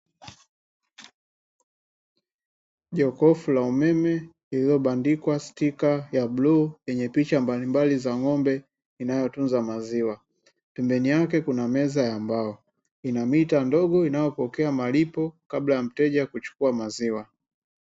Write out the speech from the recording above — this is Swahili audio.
Jokofu la umeme lililobandikwa stika ya bluu yenye picha mbalimbali za ng'ombe inayotunza maziwa, pembeni yake kuna meza ya mbao. Ina mita ndogo inayopokea malipo kabla ya mteja kuchukua maziwa.